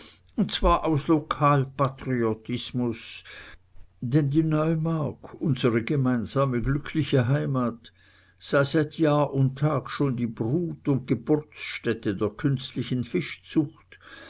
und zwar aus lokalpatriotismus denn die neumark unsere gemeinsame glückliche heimat sei seit jahr und tag schon die brut und geburtsstätte der künstlichen fischzucht